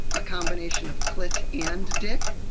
a combination of clit and dick.